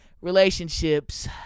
relationships